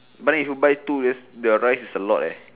but then if you buy two just the rice is a lot leh